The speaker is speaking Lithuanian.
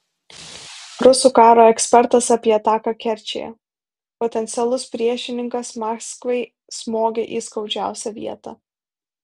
rusų karo ekspertas apie ataką kerčėje potencialus priešininkas maskvai smogė į skaudžiausią vietą